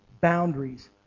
boundaries